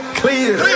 clear